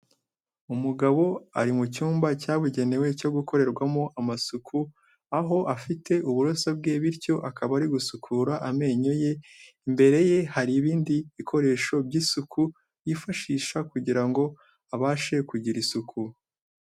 Umugabo ari mu cyumba cyabugenewe cyo gukorerwamo amasuku aho afite uburoso bwe bityo akaba ari gusukura amenyo ye, imbere ye hari ibindi bikoresho by'isuku yifashisha kugira ngo abashe kugira isuku.